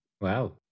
Wow